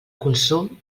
consum